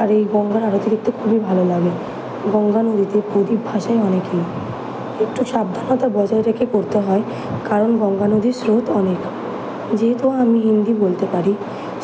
আর এই গঙ্গার আরতি দেখতে খুবই ভালো লাগে গঙ্গা নদীতে প্রদীপ ভাসায় অনেকেই একটু সাবধানতা বজায় রেখে করতে হয় কারণ গঙ্গা নদীর স্রোত অনেক যেহেতু আমি হিন্দি বলতে পারি